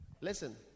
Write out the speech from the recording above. Listen